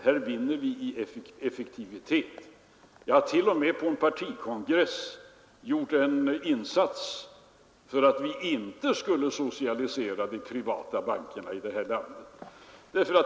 Här vinner vi i effektivitet. Jag har t.o.m. på en partikongress gjort en insats för att vi inte skall socialisera de privata bankerna i detta land.